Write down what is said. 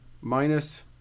minus